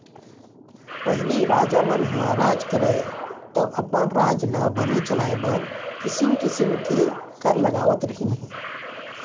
पहिली राजा मन ह राज करयँ तौ अपन राज ल बने चलाय बर किसिम किसिम के कर लगावत रहिन हें